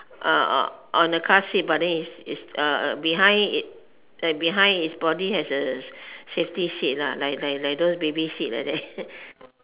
on the car seat but then it's behind behind it's body has a safety seat lah like like like those baby seat like that